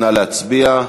נא להצביע.